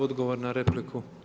Odgovor na repliku.